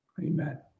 Amen